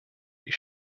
wir